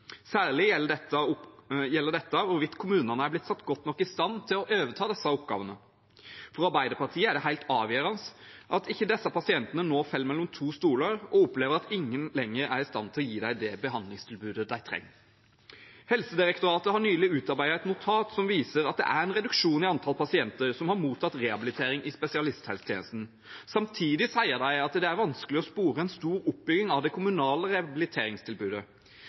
gjelder dette hvorvidt kommunene er blitt satt godt nok i stand til å overta disse oppgavene. For Arbeiderpartiet er det helt avgjørende at ikke disse pasientene nå faller mellom to stoler og opplever at ingen lenger er i stand til å gi dem det behandlingstilbudet de trenger. Helsedirektoratet har nylig utarbeidet et notat som viser at det er en reduksjon i antall pasienter som har mottatt rehabilitering i spesialisthelsetjenesten. Samtidig sier de at det er vanskelig å spore en stor oppbygging av det kommunale rehabiliteringstilbudet.